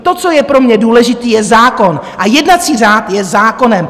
To, co je pro mě důležité, je zákon a jednací řád je zákonem.